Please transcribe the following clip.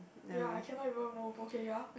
ya I cannot even move okay ya